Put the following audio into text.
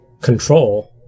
control